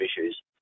issues